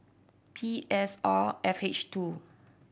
P S R F H two